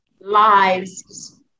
lives